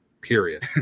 period